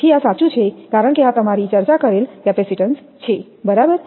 તેથી આ સાચું છે કારણ કે આ તમારી ચર્ચા કરેલ કેપેસિટીન્સ છેબરાબર